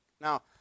Now